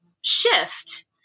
shift